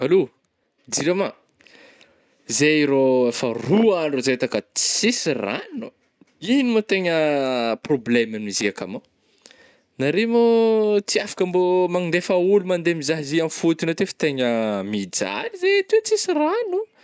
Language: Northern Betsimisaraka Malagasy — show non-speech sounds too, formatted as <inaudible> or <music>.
Allô, JIRAMA? <noise> zay roh efa roa andro zay takaty tsisy ragno oh, igno mo tegna probleme agn'izy io akamo oh, <noise> nareo mô oh tsy afaka mbô oh mandefa ôlo mandeha mizaha izy i amin'ny fotogny aty fa tegna mijaly zahay aty tsisy rano oh.